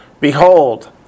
Behold